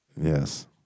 Yes